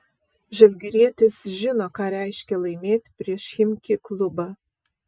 žalgirietis žino ką reiškia laimėti prieš chimki klubą